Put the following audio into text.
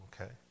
okay